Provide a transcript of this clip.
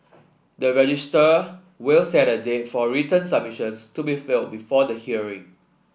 the registrar will set a date for written submissions to be filed before the hearing